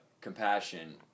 compassion